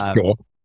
cool